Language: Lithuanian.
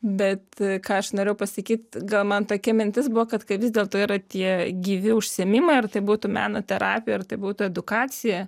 bet ką aš norėjau pasakyt gal man tokia mintis buvo kad kai vis dėlto yra tie gyvi užsiėmimai ar tai būtų meno terapija ar tai būtų edukacija